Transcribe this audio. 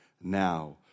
now